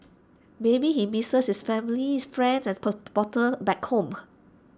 maybe he misses his family friends and back home